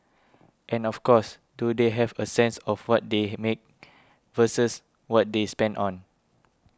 and of course do they have a sense of what they have make versus what they spend on